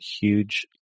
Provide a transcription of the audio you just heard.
huge